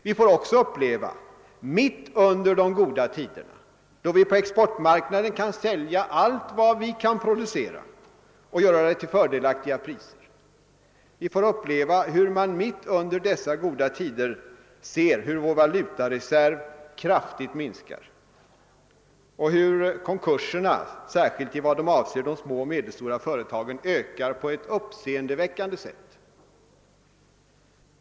Vi får också mitt under de goda tiderna, då vi på exportmarknaden kan sälja allt vi kan producera och gör det till fördelaktiga priser, uppleva att vår valutareserv kraftigt minskar och att antalet konkurser särskilt när det gäller de små och medelstora företagen på ett uppseendeväckande sätt ökar.